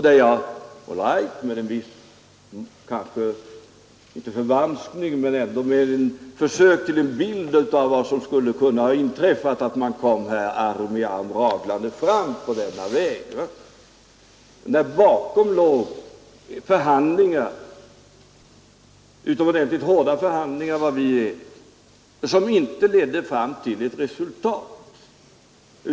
All right, jag gjorde kanske inte en förvanskning men ett försök att teckna en bild av vad som skulle ha inträffat när jag sade att man kom arm i arm raglande fram på denna väg. Men i själva verket låg bakom utomordentligt hårda förhandlingar som inte ledde fram till ett resultat.